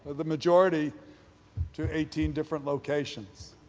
the majority to eighteen different locations.